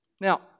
Now